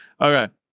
Okay